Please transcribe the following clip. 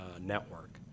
network